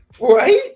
right